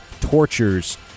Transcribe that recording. tortures